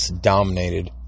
dominated